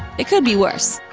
it could be worse.